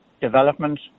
development